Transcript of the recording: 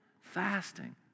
fasting